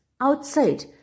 outside